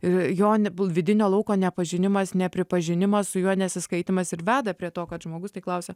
ir jo ne vidinio lauko nepažinimas nepripažinimas su juo nesiskaitymas ir veda prie to kad žmogus tik klausia